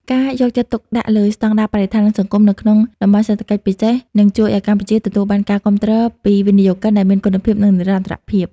ការយកចិត្តទុកដាក់លើ "ស្ដង់ដារបរិស្ថាន និងសង្គម" នៅក្នុង តំបន់សេដ្ឋកិច្ចពិសេស នឹងជួយឱ្យកម្ពុជាទទួលបានការគាំទ្រពីវិនិយោគិនដែលមានគុណភាព និងនិរន្តរភាព។